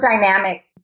dynamic